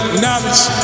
knowledge